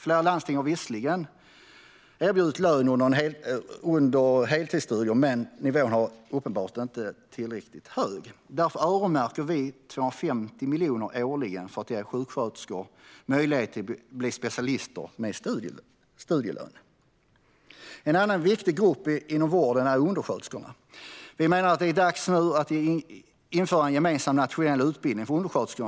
Flera landsting har visserligen erbjudit lön under heltidsstudier, men nivån var uppenbarligen inte tillräckligt hög. Därför öronmärker vi 250 miljoner årligen för att ge sjuksköterskor möjlighet att bli specialister med studielön. En annan viktig grupp inom vården är undersköterskorna. Vi menar att det är dags att införa en gemensam nationell utbildning för undersköterskor.